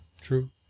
true